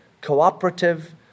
cooperative